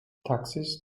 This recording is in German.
taxis